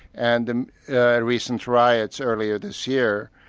and the recent riots earlier this year,